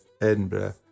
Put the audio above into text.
Edinburgh